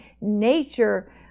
nature